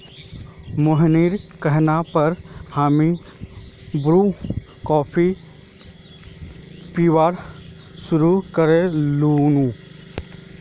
मोहिनीर कहना पर हामी ब्रू कॉफी पीबार शुरू कर नु